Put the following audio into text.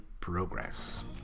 progress